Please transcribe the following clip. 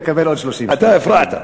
אתה הפרעת.